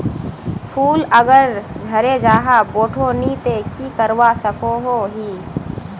फूल अगर झरे जहा बोठो नी ते की करवा सकोहो ही?